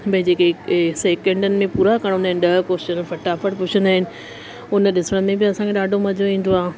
भई जेके सेकेंडनि में पूरा करणा हूंदा आहिनि ॾह कोश्चन फटाफट पुछंदा आहिनि उन ॾिसण में बि असांखे ॾाढो मज़ो ईंदो आहे